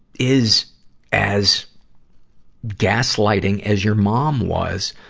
is as gaslighting as your mom was,